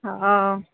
हा